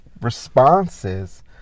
responses